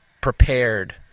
prepared